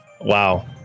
Wow